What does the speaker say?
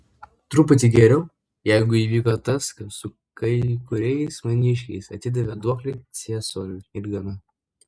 truputį geriau jeigu įvyko tas kas su kai kuriais maniškiais atidavė duoklę ciesoriui ir gana